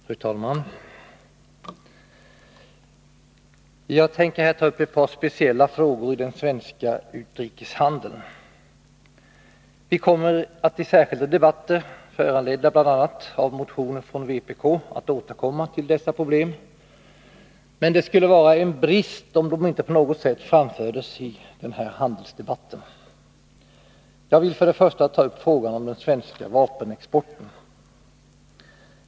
Fru talman! Jag tänker här ta upp ett par speciella frågor i den svenska utrikeshandeln. Vi kommer i särskilda debatter, föranledda bl.a. av motioner från vpk, att återkomma till dessa problem, men det skulle vara en brist om de inte på något sätt framfördes också i denna handelsdebatt. Jag skall till att börja med ta upp frågan om den svenska vapenexporten.